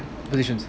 positions